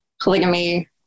polygamy